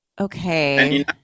okay